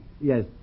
yes